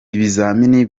ibizamini